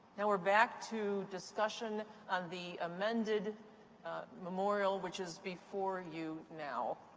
now we're back to discussion on the amended memorial, which is before you now.